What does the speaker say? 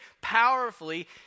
powerfully